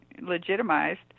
legitimized